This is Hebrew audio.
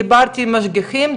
דיברתי עם משגיחים,